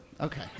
Okay